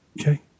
Okay